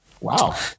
Wow